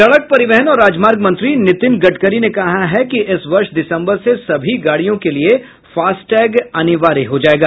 सड़क परिवहन और राजमार्ग मंत्री नितिन गड़करी ने कहा है कि इस वर्ष दिसंबर से सभी गाड़ियों के लिए फास्टैग अनिवार्य हो जायेगा